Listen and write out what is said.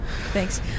Thanks